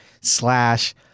slash –